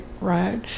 right